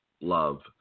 love